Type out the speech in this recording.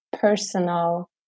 personal